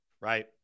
right